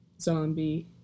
Zombie